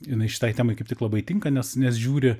jinai šitai temai kaip tik labai tinka nes nes žiūri